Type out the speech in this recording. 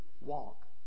walk